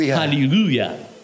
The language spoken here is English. hallelujah